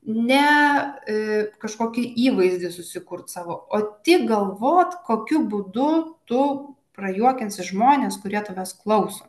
ne kažkokį įvaizdį susikurti savo o tik galvot kokiu būdu tu prajuokinsi žmones kurie tavęs klauso